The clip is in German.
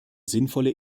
sinnvolle